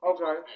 Okay